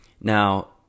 Now